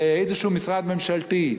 באיזה משרד ממשלתי,